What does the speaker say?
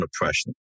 oppression